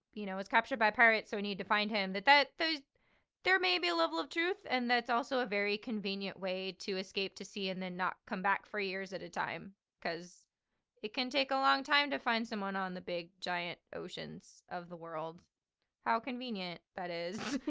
you know, is captured by pirates, so we need to find him', that that there may be a level of truth and that's also a very convenient way to escape to sea and then not come back for years at a time because it can take a long time to find someone on the big, giant oceans of the world how convenient that is.